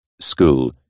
school